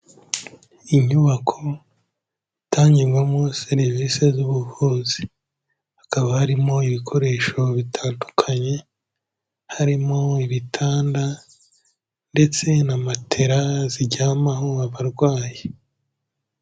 Inyubako itangirwawemo serivisi z'ubuvuzi, hakaba harimo ibikoresho bitandukanye: harimo ibitanda, ndetse na matera zijyanwaho abarwayi.